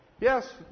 Yes